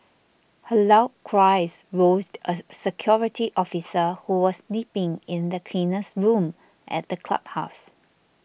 her loud cries roused a security officer who was sleeping in the cleaner's room at the clubhouse